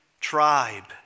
tribe